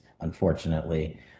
unfortunately